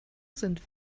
sind